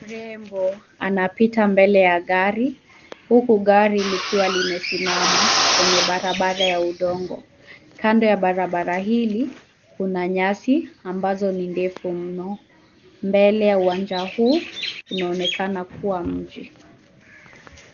Mrembo anapita mbele ya gari huku gari likiwa limesimama kwenye barabara ya udongo. Kando ya barabara hili kuna nyasi ambazo ni ndefu mno. Mbele ya uwanja huu kunaonekana kuwa mji.